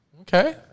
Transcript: Okay